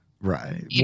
Right